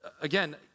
again